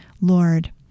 Lord